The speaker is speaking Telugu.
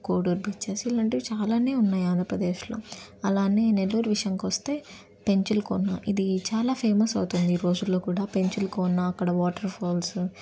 కోడూర్ బీచెస్ ఇలాంటివి చాలా ఉన్నాయి ఆంధ్రప్రదేశ్లో అలాగే నెల్లూరు విషయానికి వస్తే పెంచల కోన ఇది చాలా ఫేమస్ అవుతుంది ఈ రోజులలో కూడా పెంచల కోన అక్కడ వాటర్ఫాల్సు